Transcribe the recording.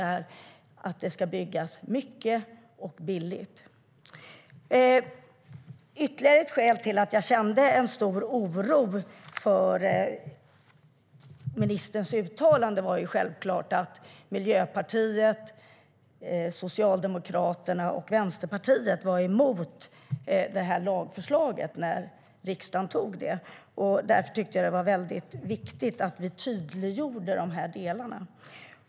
Jag är tämligen säker på att också regeringen vill det. Ytterligare ett skäl till att jag kände stor oro över ministerns uttalande var förstås att Miljöpartiet, Socialdemokraterna och Vänsterpartiet var emot lagförslaget när riksdagen beslutade om det. Därför tyckte jag att det var viktigt att vi tydliggjorde dessa delar.